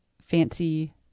fancy